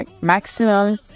maximum